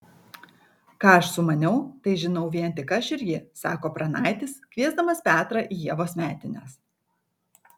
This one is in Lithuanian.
ką aš sumaniau tai žinau vien tik aš ir ji sako pranaitis kviesdamas petrą į ievos metines